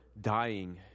dying